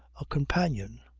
a companion.